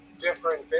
different